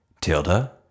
Tilda